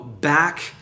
back